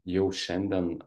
jau šiandien